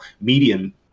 medium